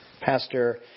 Pastor